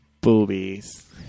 Boobies